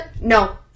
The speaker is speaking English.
No